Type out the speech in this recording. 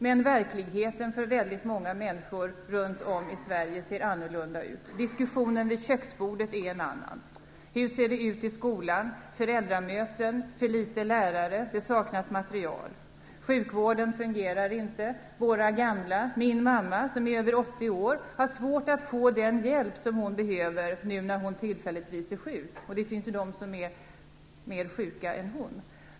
Men verkligheten ser annorlunda ut för väldigt många människor runt om i Sverige. Diskussionen vid köksbordet är en annan. Hur ser det ut i skolan? Vid föräldramöten diskuterar man att det finns för få lärare och att det saknas material. Sjukvården fungerar inte. Hur ser det ut för våra gamla? Min mamma, som är över 80 år, har exempelvis svårt att få den hjälp som hon behöver nu när hon tillfälligtvis är sjuk, och det finns ju de som är sjukare än hon.